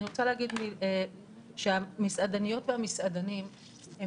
אני רוצה להגיד שהמסעדניות והמסעדנים הם